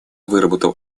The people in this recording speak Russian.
выработал